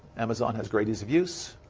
amazon has great ease of use.